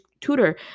tutor